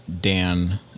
Dan